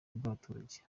bw’abaturage